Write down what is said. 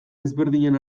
ezberdinen